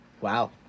Wow